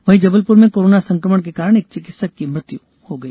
वहीं जबलपुर में कोरोना संकमण के कारण एक चिकित्सक की मृत्यु हो गई